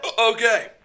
Okay